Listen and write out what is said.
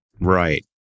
Right